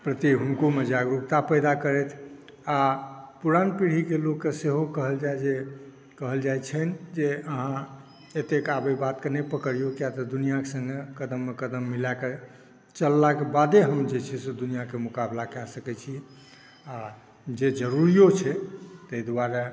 प्रति हुनकोमे जागरूकता पैदा करैत आ पुरान पीढ़ीके लोकके सेहो कहल जाय जे कहल जाय छनि जे अहाँ एतेक आब एहि बातके नहि पकड़ियो कियाकि दुनिआके संगे कदममे कदम मिलाकऽ चललाक बादे हम जे छै से दुनिआक मुक़ाबला कए सकै छी आओर जे ज़रूरी छै ताहि दुआरे